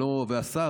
והשר,